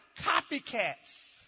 copycats